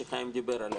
שחיים דיבר עליה,